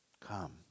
Come